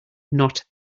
not